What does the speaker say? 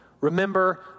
Remember